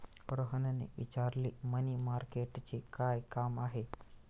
रोहनने विचारले, मनी मार्केटचे काय काम आहे?